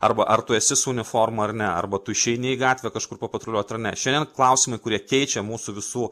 arba ar tu esi su uniforma ar ne arba tu išeini į gatvę kažkur papatruliuot ar ne šiandien klausimai kurie keičia mūsų visų